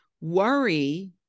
Worry